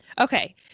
Okay